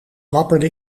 wapperde